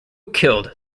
killed